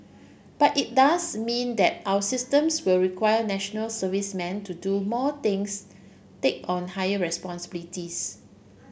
but it does mean that our systems will require National Servicemen to do more things take on higher responsibilities